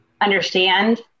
understand